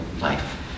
life